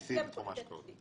SPC לתחום התשתיות.